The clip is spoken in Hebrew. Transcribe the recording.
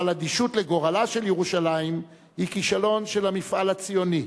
אבל אדישות לגורלה של ירושלים היא כישלון של המפעל הציוני,